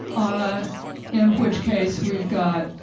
ah in which case we've got,